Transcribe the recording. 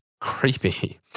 creepy